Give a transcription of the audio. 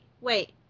Wait